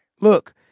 Look